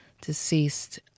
deceased